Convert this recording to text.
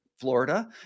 Florida